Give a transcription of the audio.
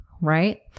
right